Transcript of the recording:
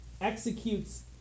executes